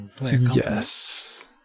Yes